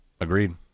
Agreed